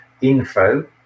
info